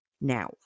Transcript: now